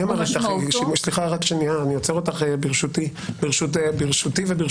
אני עוצר אותך ברשותי וברשותך.